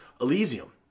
Elysium